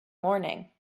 morning